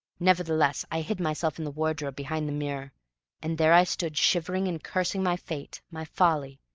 nevertheless, i hid myself in the wardrobe behind the mirror and there i stood shivering and cursing my fate, my folly,